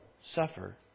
suffer